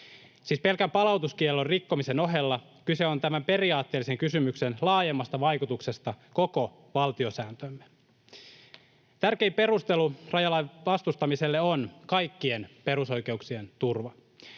pelkän palautuskiellon rikkomisen ohella kyse on tämän periaatteellisen kysymyksen laajemmasta vaikutuksesta koko valtiosääntöömme. Tärkein perustelu rajalain vastustamiselle on kaikkien perusoikeuksien turva.